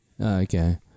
Okay